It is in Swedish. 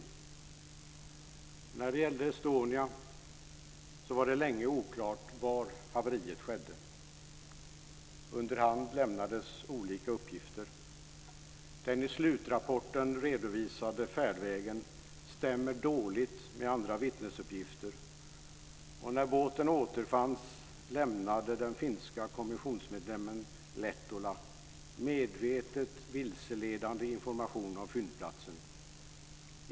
Men när det gäller Estonia var det länge oklart var haveriet skedde. Under hand lämnades olika uppgifter. Den i slutrapporten redovisade färdvägen stämmer dåligt med andra vittnesuppgifter, och när båten återfanns lämnade den finska kommissionsmedlemmen Lehtola medvetet vilseledande information om fyndplatsen.